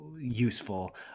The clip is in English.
useful